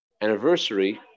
anniversary